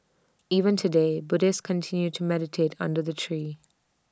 even today Buddhists continue to meditate under the tree